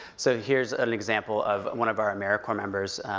so here's an example of one of our americorps members,